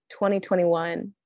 2021